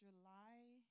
July